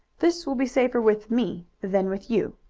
this will be safer with me than with you,